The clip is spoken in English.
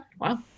wow